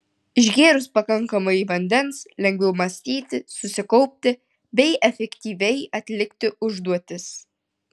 išgėrus pakankamai vandens lengviau mąstyti susikaupti bei efektyviai atlikti užduotis